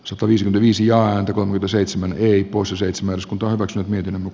sopu viisi viisi ja akolme deseitsemän eyk posy seitsemäns kutoivat miehen uk